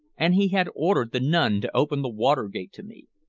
and he had ordered the nun to open the water-gate to me.